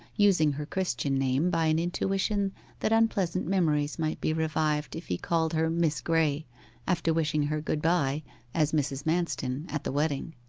using her christian name by an intuition that unpleasant memories might be revived if he called her miss graye after wishing her good-bye as mrs. manston at the wedding.